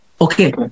okay